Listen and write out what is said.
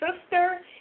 sister